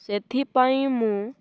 ସେଥିପାଇଁ ମୁଁ